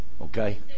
Okay